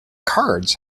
cards